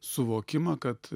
suvokimą kad